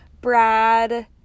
Brad